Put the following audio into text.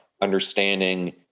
understanding